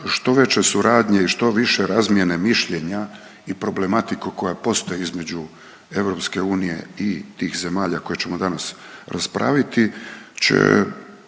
što veće suradnje i što više razmjene mišljenja i problematiku koja postoji između EU i tih zemalja koju ćemo danas raspraviti će